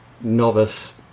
novice